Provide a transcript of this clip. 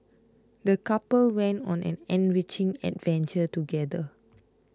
the couple went on an enriching adventure together